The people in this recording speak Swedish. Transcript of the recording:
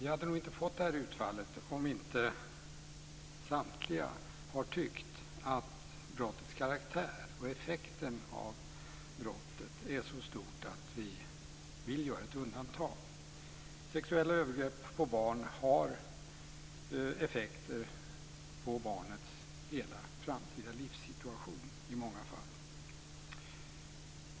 Vi hade nog inte fått detta utfall om inte samtliga hade tyckt att brottets karaktär och effekten av brottet är så stort att vi vill göra ett undantag. Sexuella övergrepp på barn har effekter på barnets hela framtida livssituation i många fall.